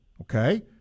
okay